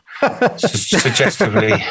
suggestively